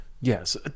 Yes